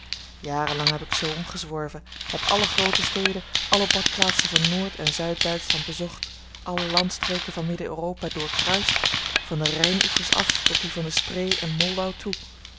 kon jarenlang heb ik zoo omgezworven heb alle groote steden alle badplaatsen van noorden zuid-duitschland bezocht alle landstreken van midden europa doorkruist van de rijnoevers af tot die van de spree en moldau toe